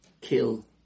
kill